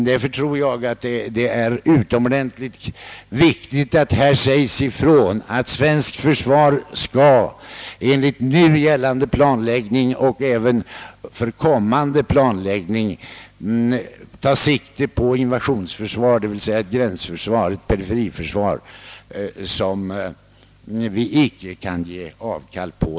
Därför tror jag att det är utomordentligt viktigt att det här sägs ifrån att svenskt försvar enligt nu gällande och även enligt kommande planläggning skall ta sikte på invasionsförsvar, d.v.s. ett gränsförsvar eller perifert försvar, som vi icke kan ge avkall på.